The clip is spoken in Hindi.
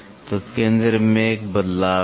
तो केंद्र में एक बदलाव है